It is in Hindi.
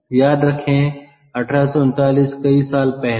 तो याद रखें 1839 कई साल पहले